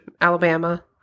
Alabama